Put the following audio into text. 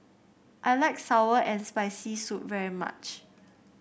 I like sour and Spicy Soup very much